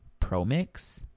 ProMix